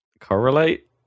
correlate